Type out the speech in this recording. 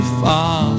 far